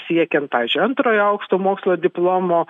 siekiant pavyzdžiui antrojo aukšto mokslo diplomo